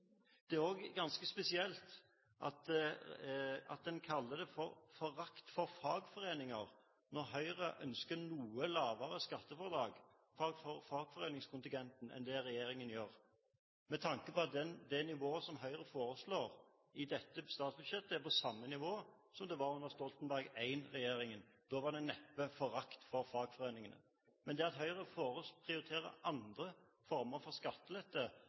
Det er også ganske spesielt at man kaller det for forakt for fagforeninger når Høyre ønsker et noe lavere skattefradrag for fagforeningskontingenten enn det regjeringen gjør, med tanke på at det nivået som Høyre foreslår i dette statsbudsjettet, er på samme nivå som det var under Stoltenberg I-regjeringen. Da var det neppe forakt for fagforeningene. Det at Høyre prioriterer andre former for skattelette